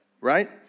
Right